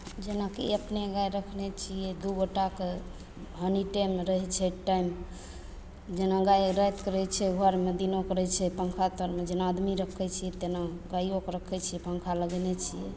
जेनाकि अपने गाय रखने छियै दू गोटाके हनी टाइम रहय छै टाइम जेना गाय रातिके रहय छै घरमे दिनोके रहय छै पङ्खा तरमे जेना आदमी रखय छियै तेना गाइयोके रखय छियै पङ्खा लगेने छियै